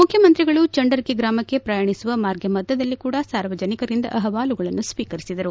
ಮುಖ್ಯಮಂತ್ರಿಗಳು ಚಂಡರಕಿ ಗ್ರಾಮಕ್ಕೆ ಪ್ರಯಾಣಿಸುವ ಮಾರ್ಗ ಮಧ್ಯದಲ್ಲಿ ಕೂಡ ಸಾರ್ವಜನಿಕರಿಂದ ಅಹವಾಲುಗಳನ್ನು ಸ್ವೀಕರಿಸಿದರು